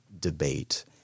debate